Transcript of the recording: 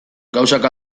gauzak